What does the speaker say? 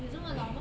有这么老吗